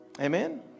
Amen